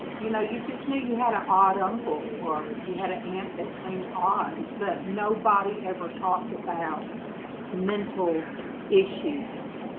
you know, you just knew you had an odd uncle or you had an aunt that seemed odd but nobody ever talked about mental issues